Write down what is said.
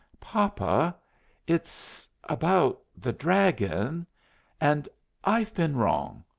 papa it's about the dragon and i've been wrong.